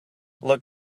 look